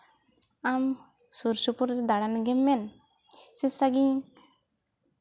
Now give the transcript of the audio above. ᱟᱢ ᱥᱩᱨ ᱥᱩᱯᱩᱨ ᱫᱟᱬᱟᱱ ᱞᱟᱹᱜᱤᱫ ᱮᱢ ᱢᱮᱱ ᱥᱮ ᱥᱟᱺᱜᱤᱧ